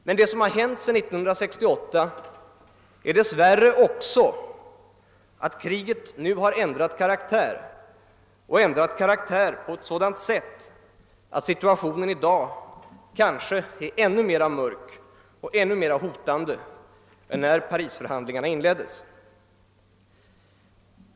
Men vad som hänt sedan 1968 är dessvärre också att kriget nu ändrat karaktär på ett sätt som gör situationen i dag kanske ännu mera mörk och hotande än när Parisförhandlingarna inleddes.